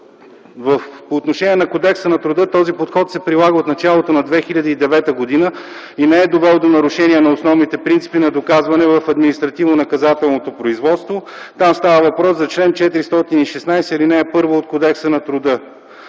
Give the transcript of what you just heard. По отношение на Кодекса на труда този подход се прилага от началото на 2009 г. и не е довел до нарушение на основните принципи на доказване в административно-наказателното производство. Там става въпрос за чл. 416, ал. 1 от Кодекса на труда.